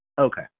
okay